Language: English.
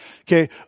Okay